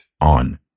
on